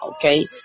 okay